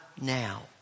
now